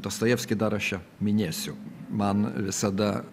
dostojevskį dar aš čia minėsiu man visada